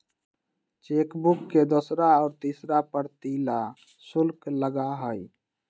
chequebook के दूसरा और तीसरा प्रति ला शुल्क लगा हई